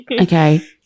okay